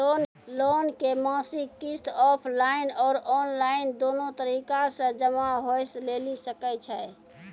Loan के मासिक किस्त ऑफलाइन और ऑनलाइन दोनो तरीका से जमा होय लेली सकै छै?